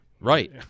Right